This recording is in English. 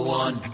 one